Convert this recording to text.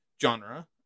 genre